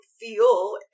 feel